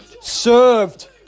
served